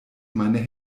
meine